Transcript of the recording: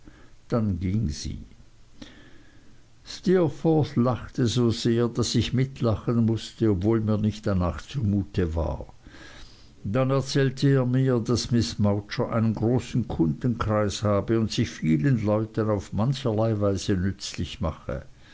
dann ging sie steerforth lachte so sehr daß ich mitlachen mußte obwohl mir nicht danach zumute war dann erzählte er mir daß miß mowcher einen großen kundenkreis habe und sich vielen leuten auf mancherlei weise nützlich mache